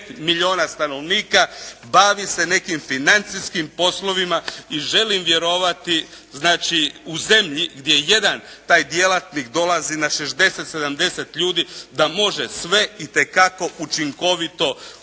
milijuna stanovnika bavi se nekim financijskim poslovima i želim vjerovati, znači u zemlji gdje jedan taj djelatnik dolazi na 60, 70 ljudi da može sve itekako učinkovito istražiti,